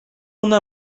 una